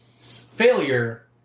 failure